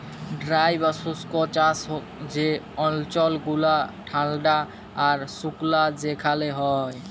dry বা শুস্ক চাষ যে অল্চল গুলা ঠাল্ডা আর সুকলা সেখালে হ্যয়